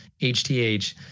HTH